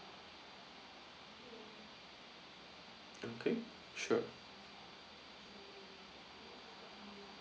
okay sure